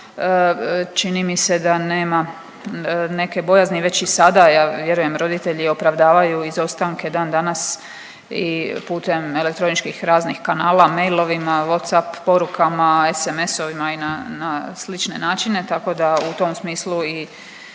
Čini mi se da nema neke bojazni, već i sada ja vjerujem roditelji opravdavaju izostanke dan danas i putem elektroničkih raznih kanala, mailovima, whats up porukama, sms-ovima i na slične načine tako da i u tom smislu